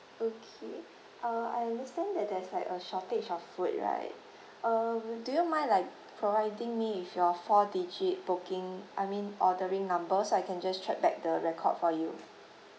okay uh I understand that there's like a shortage of food right um do you mind like providing me with your four digit booking I mean ordering number so I can just check back the record for you